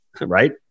right